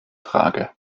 trage